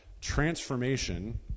Transformation